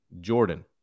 jordan